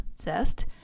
zest